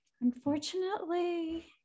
unfortunately